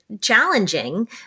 challenging